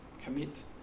commit